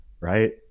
right